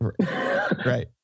Right